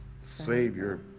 Savior